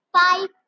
five